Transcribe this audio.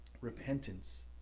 Repentance